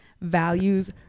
values